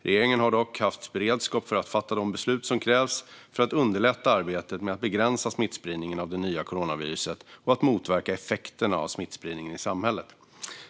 Regeringen har dock haft beredskap för att fatta de beslut som krävts för att underlätta arbetet med att begränsa smittspridningen av det nya coronaviruset och att motverka effekterna av smittspridningen i samhället.